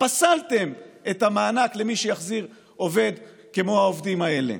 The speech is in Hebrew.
פסלתם את המענק למי שיחזיר עובדים כמו העובדים האלה.